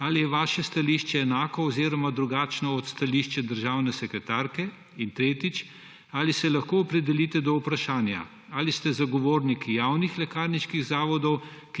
Ali je vaše stališče enako oziroma drugačno od stališča državne sekretarke? In tretjič: Ali se lahko opredelite do vprašanja, ali ste zagovorniki javnih lekarniških zavodov,